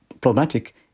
problematic